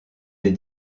des